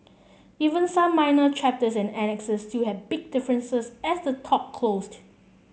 even some minor chapters and annexes still had big differences as the talk closed